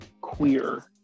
queer